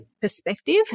perspective